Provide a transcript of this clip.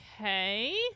Okay